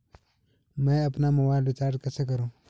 मैं अपना mobile recharge कैसे करूँ?